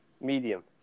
Medium